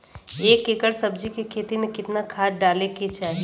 एक एकड़ सब्जी के खेती में कितना खाद डाले के चाही?